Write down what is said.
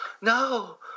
no